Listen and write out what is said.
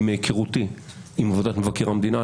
מהיכרותי עם עבודת מבקר המדינה,